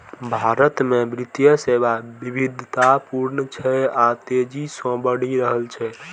भारत मे वित्तीय सेवा विविधतापूर्ण छै आ तेजी सं बढ़ि रहल छै